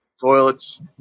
toilets